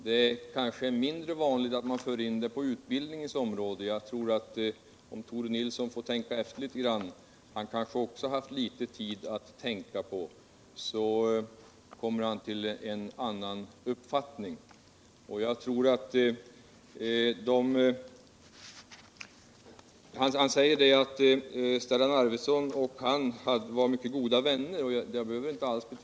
Det kanske är mindre vanligt att man för in det på utbildningens område, och jag tror att om Tore Nilsson får tänka efter — han kanske också har haft litet tid att tänka — så kommer han till en annan uppfattning. Tore Nilsson säger att Stellan Arvidson och han var mycket goda vänner, och det betvivlar jag inte alls.